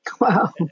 wow